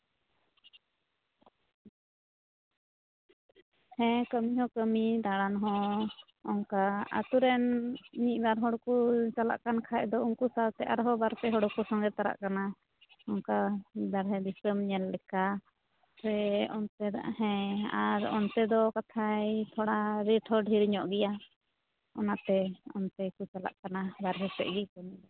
ᱦᱮᱸ ᱠᱟᱹᱢᱤ ᱦᱚᱸ ᱠᱟᱹᱢᱤ ᱫᱟᱬᱟᱱ ᱦᱚᱸ ᱚᱝᱠᱟ ᱟᱹᱛᱩ ᱨᱮᱱ ᱢᱤᱫ ᱵᱟᱨ ᱦᱚᱲ ᱠᱚ ᱪᱟᱞᱟᱜ ᱠᱟᱱ ᱠᱷᱟᱱ ᱫᱚ ᱩᱱᱠᱩ ᱥᱟᱶᱛᱮ ᱟᱨᱦᱚᱸ ᱵᱟᱨ ᱯᱮ ᱦᱚᱲ ᱠᱚ ᱥᱚᱸᱜᱮ ᱛᱚᱨᱟᱜ ᱠᱟᱱᱟ ᱚᱱᱠᱟ ᱵᱟᱨᱦᱮ ᱫᱤᱥᱚᱢ ᱧᱮᱞ ᱞᱮᱠᱟ ᱥᱮ ᱚᱱᱛᱮᱱᱟᱜ ᱦᱮᱸ ᱟᱨ ᱚᱱᱛᱮ ᱫᱚ ᱠᱟᱛᱷᱟᱡ ᱛᱷᱚᱲᱟ ᱨᱮᱹᱴ ᱦᱚᱸ ᱰᱷᱮᱨ ᱧᱚᱜ ᱜᱮᱭᱟ ᱚᱱᱟᱛᱮ ᱚᱱᱛᱮ ᱠᱚ ᱪᱟᱞᱟᱜ ᱠᱟᱱᱟ ᱵᱟᱨᱦᱮ ᱥᱮᱫ ᱜᱮ ᱠᱟᱹᱢᱤ